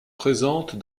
présentes